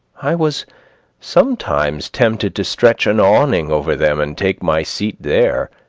i was sometimes tempted to stretch an awning over them and take my seat there.